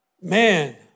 man